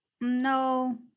No